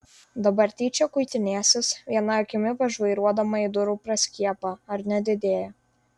dabar tyčia kuitinėsis viena akimi pažvairuodama į durų praskiepą ar nedidėja